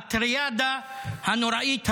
הטריאדה הנוראית הזאת,